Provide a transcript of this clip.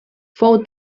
fou